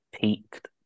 peaked